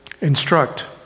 Instruct